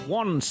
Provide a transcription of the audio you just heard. one